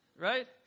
right